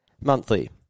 monthly